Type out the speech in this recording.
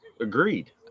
agreed